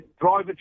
driver